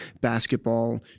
basketball